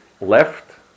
left